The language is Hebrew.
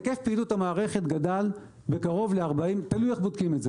היקף פעילות המערכת גדל ותלוי איך בודקים את זה,